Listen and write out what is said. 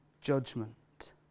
judgment